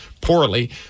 poorly